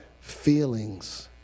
Feelings